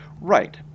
Right